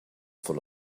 full